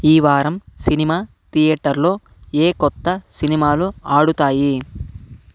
ఈ వారం సినిమా థియేటర్లో ఏ కొత్త సినిమాలు ఆడుతాయి